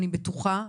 אני בטוחה,